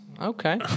Okay